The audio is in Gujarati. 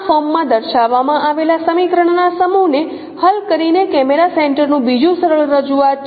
આ ફોર્મમાં દર્શાવવામાં આવેલા સમીકરણોના સમૂહને હલ કરીને કેમેરા સેન્ટરનું બીજું સરળ રજૂઆત છે